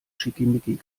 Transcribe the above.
schickimicki